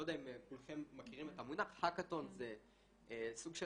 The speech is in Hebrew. לא יודע אם כולכם מכירים את המונח האקתון זה סוג של